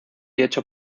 hecho